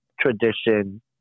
tradition